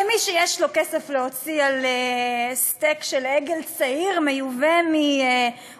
הרי מי שיש לו כסף להוציא על סטייק של עגל צעיר מיובא מאוסטרליה